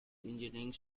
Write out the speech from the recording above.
engineering